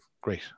great